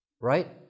right